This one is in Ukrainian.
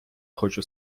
хочу